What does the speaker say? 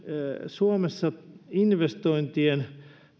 suomessa investointien